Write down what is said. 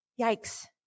Yikes